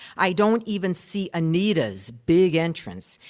i don't even see anita's big entrance.